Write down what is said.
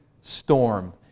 storm